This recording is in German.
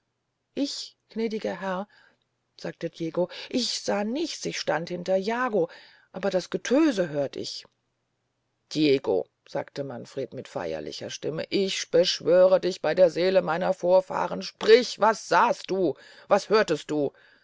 ich gnädiger herr sagte diego ich sah nichts ich stand hinter jago aber das getöse hört ich diego sagte manfred mit feyerlicher stimme ich beschwöre dich bey den seelen meiner vorfahren sprich was sahst du was hörtest du